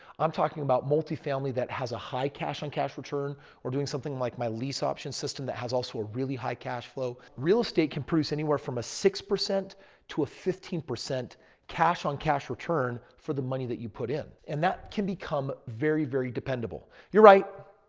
i'm talking about multifamily that has a high cash on cash return or doing something like my lease option system that has also a really high cash flow. real estate can produce anywhere from a six percent to a fifteen percent cash on cash return for the money that you put in. and that can become very, very dependable. you're right.